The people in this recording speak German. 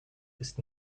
ist